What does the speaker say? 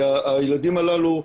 כי הילדים הללו,